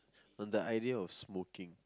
on the idea of smoking